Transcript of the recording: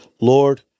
Lord